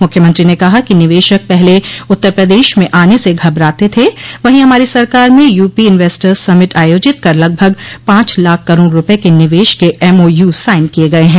मुख्यमंत्री ने कहा कि निवेशक पहले उत्तर प्रदेश में आने से घबराते थे वहीं हमारी सरकार में यूपीइन्वेटर्स समिट आयोजित कर लगभग पांच लाख करोड़ रूपये के निवेश के एमओयू साइन किये गये हैं